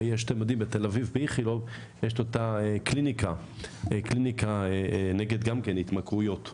יש קליניקה באיכילוב בתל-אביב קליניקה נגד התמכרויות.